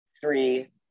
three